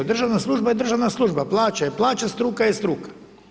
Državna služba je državna služba, plaće, plaće struke je struka.